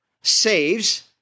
saves